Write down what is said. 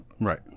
right